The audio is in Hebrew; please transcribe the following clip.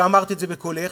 ואמרת את זה בקולך,